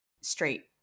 straight